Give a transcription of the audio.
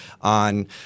on